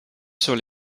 sur